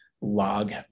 log